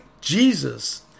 Jesus